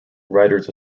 writers